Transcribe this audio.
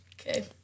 Okay